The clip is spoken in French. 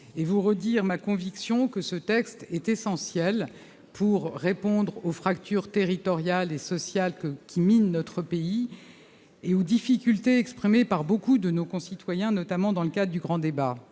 et vous redire ma conviction que ce texte est essentiel pour répondre aux fractures territoriales et sociales, qui minent notre pays, et aux difficultés exprimées par nombre de nos concitoyens, notamment dans le cadre du grand débat.